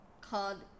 called